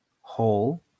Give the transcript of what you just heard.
hole